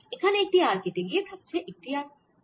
এখানে একটি r কেটে গিয়ে থাকছে একটি r